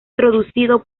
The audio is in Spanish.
introducido